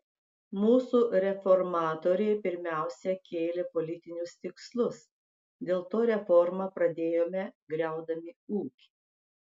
mūsų reformatoriai pirmiausia kėlė politinius tikslus dėl to reformą pradėjome griaudami ūkį